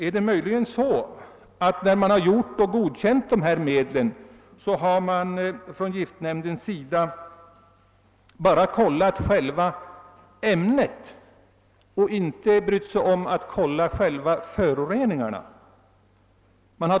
Är det möjligen så att giftnämnden när den godkänt dessa medel har kollat bara själva ämnet och inte brytt sig om att kolia föroreningarna?